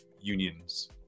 unions